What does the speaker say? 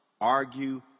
argue